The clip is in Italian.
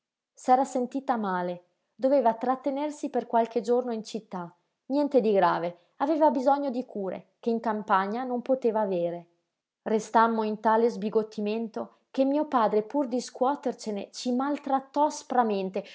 s'era sentita male doveva trattenersi per qualche giorno in città niente di grave aveva bisogno di cure che in campagna non poteva avere restammo in tale sbigottimento che mio padre pur di scuotercene ci maltrattò aspramente